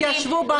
אנשים ישבו בבית.